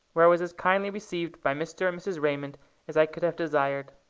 where i was as kindly received by mr. and mrs. raymond as i could have desired.